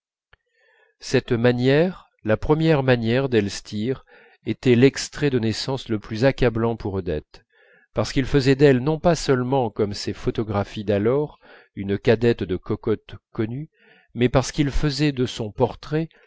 cette manière la première manière d'elstir était l'extrait de naissance le plus accablant pour odette parce qu'il faisait d'elle non pas seulement comme ses photographies d'alors une cadette de cocottes connues mais parce qu'il faisait de son portrait